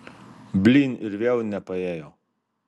blyn ir vėl nepaėjo